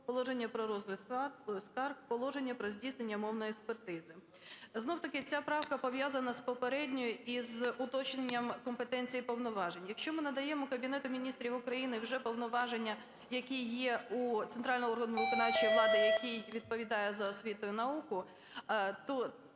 Положення про розгляд скарг, Положення про здійснення мовної експертизи;". Знов-таки ця правка пов'язана з попередньою із уточненням компетенції повноважень. Якщо ми надаємо Кабінету Міністрів України вже повноваження, які є у центрального органу виконавчої влади, який відповідає за освіту і науку, то,